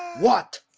what!